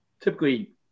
typically